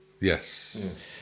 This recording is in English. yes